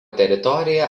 teritorija